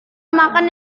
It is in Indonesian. makan